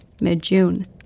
mid-June